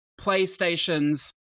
PlayStation's